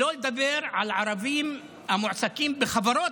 שלא לדבר על ערבים המועסקים בחברות